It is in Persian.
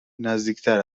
نزدیکتر